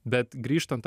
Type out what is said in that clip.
bet grįžtant